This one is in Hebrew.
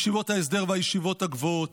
מישיבות ההסדר והישיבות הגבוהות.